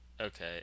okay